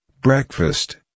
breakfast